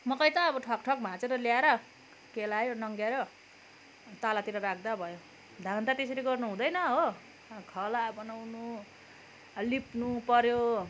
मकै त अब ठकठक भाँचेर ल्याएर केलायो नङ्ग्यायो तालतिर राख्दा भयो धान त त्यसरी गर्नु हुँदैन हो खला बनाउनु लिप्नु पऱ्यो